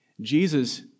Jesus